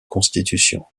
constitution